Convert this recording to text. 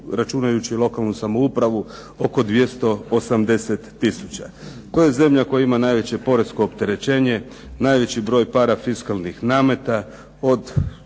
računajući lokalnu samoupravu, oko 280 tisuća. Koja je zemlja koja ima najveće poresko opterećenje, najveći broj parafiskalnih nameta od